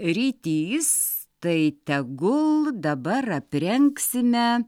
rytys tai tegul dabar aprengsime